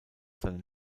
seine